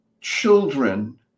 children